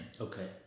Okay